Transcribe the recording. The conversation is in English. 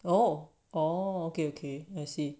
oh okay okay I see